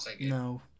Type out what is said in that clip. no